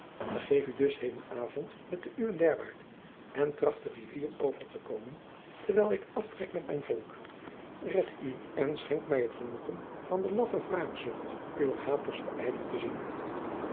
begeef u dus heden avond met de uwen derwaart en tracht de rivier over te komen terwijl ik aftrek met mijn volk red u en schenk mij het genoegen van de laffe wraakzucht uwer haters verijdeld te zien